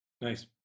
Nice